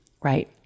right